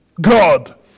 God